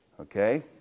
Okay